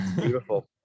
Beautiful